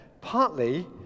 partly